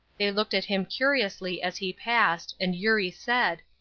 they looked at him curiously as he passed, and eurie said